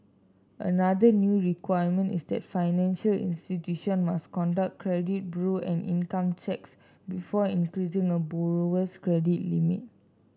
another new requirement is that financial institution must conduct credit bureau and income checks before increasing a borrower's credit limit